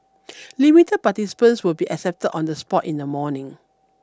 limited participants will be accepted on this spot in the morning